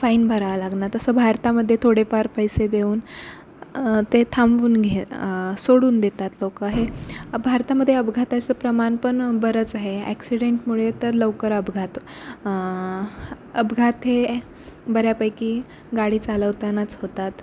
fine भरावं लागणार तसं भारतामध्ये थोडेफार पैसे देऊन ते थांबवून घे सोडून देतात लोक हे भारतामध्ये अपघाताचं प्रमाण पण बरंच आहे ॲक्सिडेंटमुळे तर लवकर अपघात अपघात हे बऱ्यापैकी गाडी चालवतानाच होतात